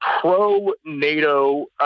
pro-NATO